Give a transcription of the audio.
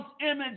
image